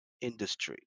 industry